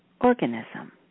organism